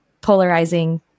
polarizing